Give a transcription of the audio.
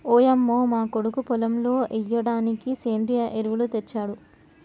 ఓయంమో మా కొడుకు పొలంలో ఎయ్యిడానికి సెంద్రియ ఎరువులు తెచ్చాడు